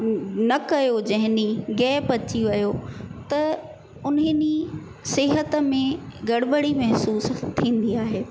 न कयो जंहिं ॾींहुं गैप अची वयो त उन्हीअ ॾींहुं सिहत में गड़बड़ी महसूस थींदी आहे